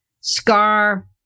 scar